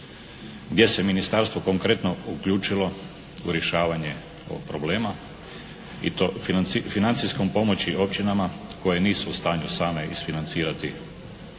gdje se Ministarstvo konkretno uključilo u rješavanje ovog problema i to financijskom pomoći općinama koje nisu u stanju same isfinancirati